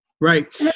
Right